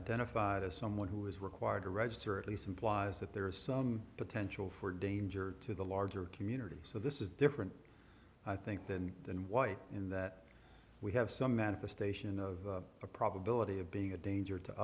identified as someone who is required to register at least implies that there is some potential for danger to the larger community so this is different i think than than white in that we have some manifestation of a probability of being a danger to